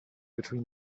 between